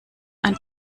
ein